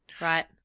right